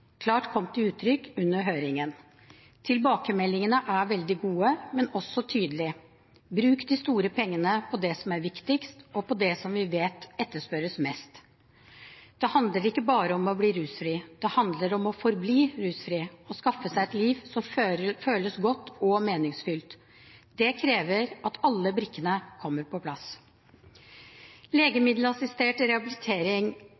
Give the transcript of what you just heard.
klart kom til uttrykk under høringen. Tilbakemeldingene var veldig gode, men også tydelige: Bruk de store pengene på det som er viktigst, og på det som vi vet etterspørres mest. Det handler ikke bare om å bli rusfri, det handler om å forbli rusfri og skaffe seg et liv som føles godt og meningsfylt. Det krever at alle brikkene kommer på plass.